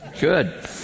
Good